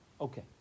Okay